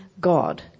God